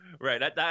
Right